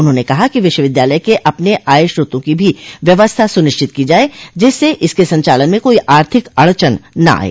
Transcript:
उन्होंने कहा कि विश्वविद्यालय के अपने आय श्रोतों की भी व्यवस्था सुनिश्चित की जाये जिससे इसके संचालन में कोई आर्थिक अड़चन न आये